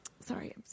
sorry